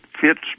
fits